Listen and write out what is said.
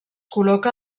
col·loca